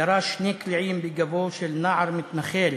ירה שני קליעים בגבו של נער מתנחל